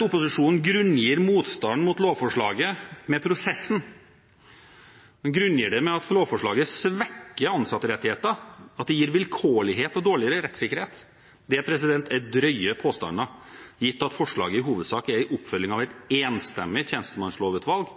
Opposisjonen grunngir motstanden mot lovforslaget med prosessen. De grunngir det med at lovforslaget svekker ansatterettigheter, at det gir vilkårlighet og dårligere rettssikkerhet. Det er drøye påstander gitt at forslaget i hovedsak er en oppfølging av et enstemmig tjenestemannslovutvalg.